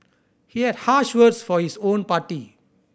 he had harsh words for his own party